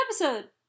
episode